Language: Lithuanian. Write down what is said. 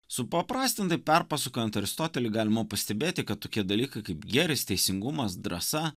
supaprastintai perpasakojant aristotelį galima pastebėti kad tokie dalykai kaip gėris teisingumas drąsa